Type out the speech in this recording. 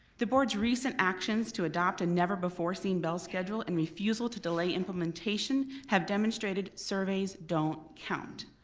the board's recent actions to adopt a never-before-seen bell schedule and refusal to delay implementation have demonstrated surveys don't count.